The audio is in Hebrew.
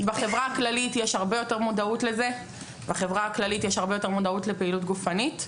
בחברה הכללית יש הרבה יותר מודעות לפעילות גופנית,